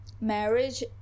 marriage